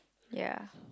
ya